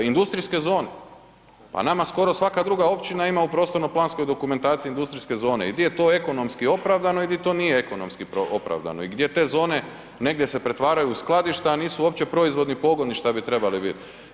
Industrijske zone, pa nama skoro svaka druga općina ima u prostorno-planskoj dokumentaciji industrijske zone i di je to ekonomsko opravdano i di to nije ekonomski opravdano i gdje te zone negdje se pretvaraju u skladišta a nisu uopće proizvodni pogoni šta bi trebali bit.